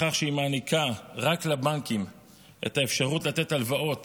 בכך שהיא מעניקה רק לבנקים את האפשרות לתת הלוואות